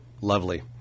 lovely